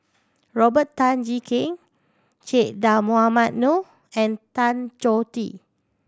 Robert Tan Jee Keng Che Dah Mohamed Noor and Tan Choh Tee